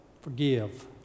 Forgive